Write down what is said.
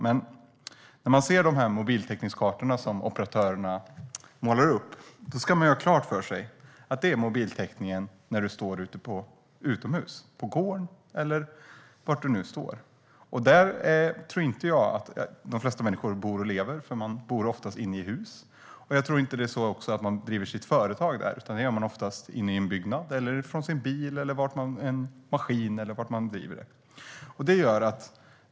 Men när man ser de mobiltäckningskartor som operatörerna målar upp ska man ha klart för sig att det är mobiltäckningen utomhus, på gården eller var det nu är. Där tror jag inte att de flesta människor bor och lever. Man bor oftast inne i hus. Jag tror inte heller att man driver sitt företag där, utan det gör man oftast inne i en byggnad eller i en bil eller i en maskin.